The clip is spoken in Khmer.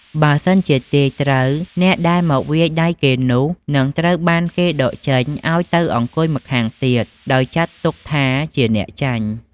បើសិនជាទាយត្រូវ អ្នកដែលមកវាយដៃគេនោះ និងត្រូវបានគេដកចេញឲ្យទៅអង្គុយម្ខាងទៀត ដោយចាត់ទុកថាជាអ្នកចាញ់។